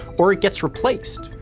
or it gets replaced.